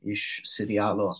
iš serialo